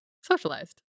socialized